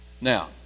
now